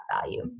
value